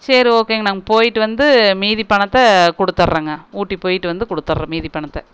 சரி ஓகேங்க நாங்கள் போய்ட்டு வந்து மீதி பணத்தை கொடுத்தட்றேங்க ஊட்டி போய்ட்டு வந்து கொடுத்தட்றேன் மீதி பணத்தை